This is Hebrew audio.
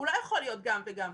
הוא לא יכול להיות גם וגם.